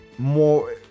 More